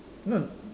no